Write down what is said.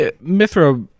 Mithra